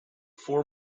four